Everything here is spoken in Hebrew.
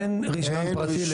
אין רישיון פרטי.